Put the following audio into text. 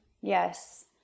Yes